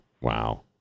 Wow